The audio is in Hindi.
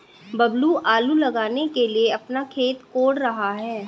बबलू आलू लगाने के लिए अपना खेत कोड़ रहा है